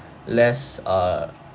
less uh